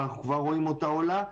שאנחנו כבר רואים אותה עולה,